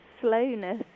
slowness